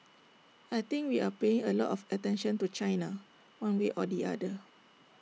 I think we are paying A lot of attention to China one way or the other